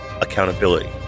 accountability